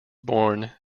born